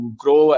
grow